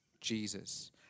Jesus